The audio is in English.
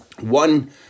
one